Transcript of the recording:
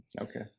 Okay